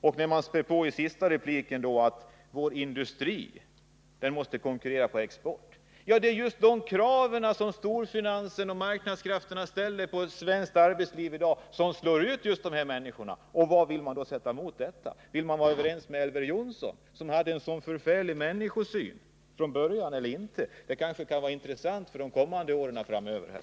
I den sista repliken spädde Anna-Greta Leijon på med att säga att vår industri måste konkurrera på exporten. Det är just detta krav som storfinansen och marknadskrafterna ställer på det svenska arbetslivet i dag och som slår ut människor. Vad vill socialdemokraterna då sätta emot detta? Vill man vara överens med Elver Jonsson, som hade en så förfärlig människosyn från början? Det kan kanske vara intressant att få veta detta för kommande år.